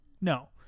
No